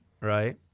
Right